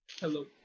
Hello